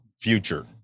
future